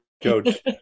Coach